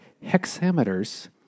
hexameters